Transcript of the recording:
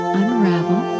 unravel